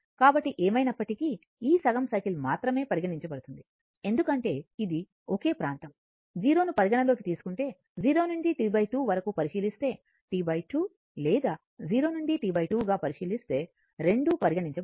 కాబట్టి ఏమైనప్పటికీ ఈ సగం సైకిల్ మాత్రమే పరిగణించబడుతుంది ఎందుకంటే ఇది ఒకే ప్రాంతం 0 ను పరిగణనలోకి తీసుకుంటే 0 నుండి T 2 వరకు పరిశీలిస్తే T 2 లేదా 0 నుండి T 2 గా పరిశీలిస్తే రెండూ పరిగణించబడతాయి